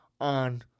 on